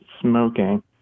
smoking